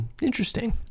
Interesting